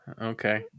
Okay